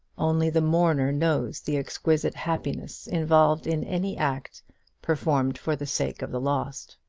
only the mourner knows the exquisite happiness involved in any act performed for the sake of the lost.